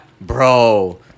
bro